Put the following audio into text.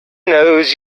knows